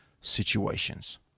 situations